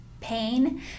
pain